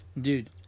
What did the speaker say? Dude